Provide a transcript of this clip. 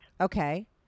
Okay